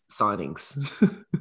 signings